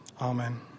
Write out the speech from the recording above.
Amen